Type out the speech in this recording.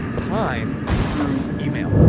time through email,